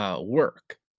work